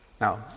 Now